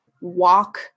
walk